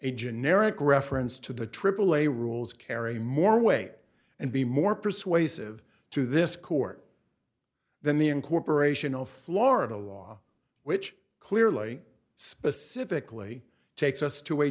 a generic reference to the aaa rules carry more weight and be more persuasive to this court than the incorporation of florida law which clearly specifically takes us to a